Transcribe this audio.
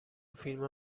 فیلما